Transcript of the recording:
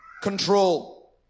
control